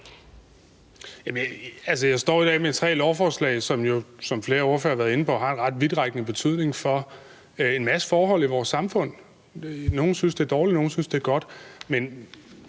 jeg står i dag med tre lovforslag, som flere ordførere har været inde på har en ret vidtrækkende betydning for en masse forhold i vores samfund. Nogle synes, det er dårligt, og nogle synes, det er godt.